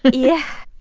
yeah.